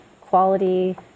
quality